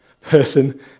person